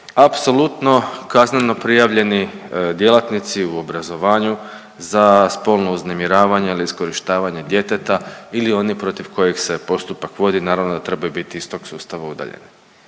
Apsolutno kazneno prijavljeni djelatnici u obrazovanju za spolno uznemiravanje ili iskorištavanje djeteta ili oni protiv kojih se postupak vodi naravno da trebaju biti iz tog sustava udaljeni.